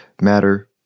Matter